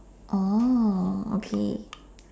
oh okay